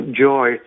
joy